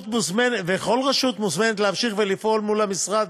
וכל רשות מוזמנת להמשיך לפעול מול המשרד